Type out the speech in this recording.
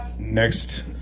Next